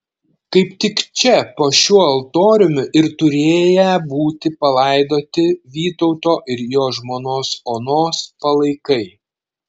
kaip tik čia po šiuo altoriumi ir turėję būti palaidoti vytauto ir jo žmonos onos palaikai